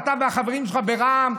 אתה והחברים שלך ברע"מ,